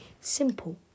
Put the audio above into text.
simple